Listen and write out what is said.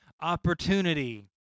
opportunity